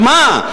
על מה?